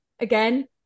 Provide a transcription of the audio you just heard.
again